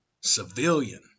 civilian